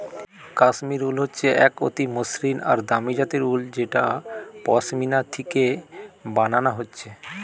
কাশ্মীর উল হচ্ছে এক অতি মসৃণ আর দামি জাতের উল যেটা পশমিনা থিকে বানানা হচ্ছে